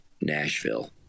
Nashville